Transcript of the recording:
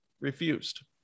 refused